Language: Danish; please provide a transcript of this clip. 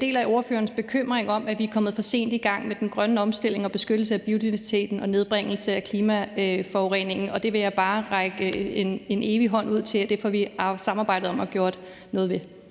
deler jeg ordførerens bekymring om, at vi er kommet for sent i gang med den grønne omstilling og beskyttelse af biodiversiteten og nedbringelse af klimaforureningen. Og der vil jeg bare altid række en hånd ud til, at det får vi samarbejdet om at få gjort noget ved.